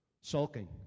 sulking